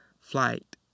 flight